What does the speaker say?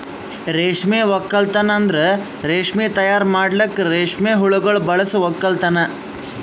ರೇಷ್ಮೆ ಒಕ್ಕಲ್ತನ್ ಅಂದುರ್ ರೇಷ್ಮೆ ತೈಯಾರ್ ಮಾಡಲುಕ್ ರೇಷ್ಮೆ ಹುಳಗೊಳ್ ಬಳಸ ಒಕ್ಕಲತನ